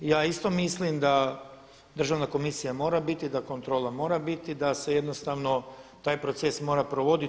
Ja isto mislim da Državna komisija mora biti, da kontrola mora biti, da se jednostavno taj proces mora provoditi.